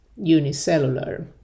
unicellular